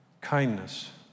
kindness